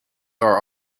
are